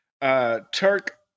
Turk